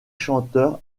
chanteur